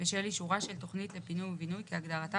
בשל אישורה של תכנית לפינוי ובינוי כהגדרתה